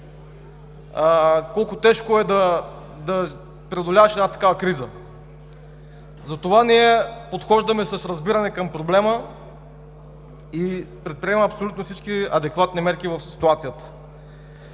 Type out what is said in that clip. колко тежко е да преодоляваш една такава криза. Затова ние подхождаме с разбиране към проблема и предприемаме абсолютно всички адекватни мерки в ситуацията.